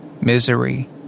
misery